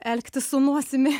elgtis su nosimi